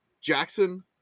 Jackson